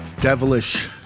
devilish